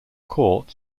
court